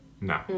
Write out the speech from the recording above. No